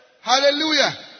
Hallelujah